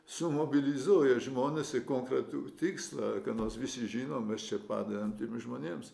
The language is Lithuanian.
sumobilizuoja žmones į konkretų tikslą nors visi žinome mes čia padedam tiems žmonėms